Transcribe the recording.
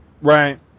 Right